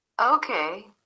Okay